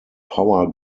power